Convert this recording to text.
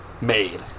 Made